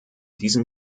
diesem